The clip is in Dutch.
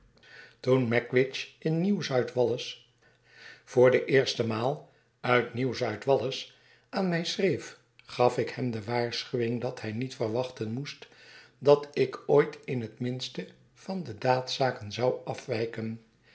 toen magwitch in nieuw zuid wallis voor de eerste maal uit nieuw zuidwallis aan mij schreef gaf ik hem de waarschuwing dat hij niet verwachten moest dat ik ooit in het minste van de daadzaken zou afwijken